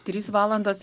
trys valandos